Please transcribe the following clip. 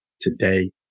today